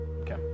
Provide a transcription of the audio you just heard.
Okay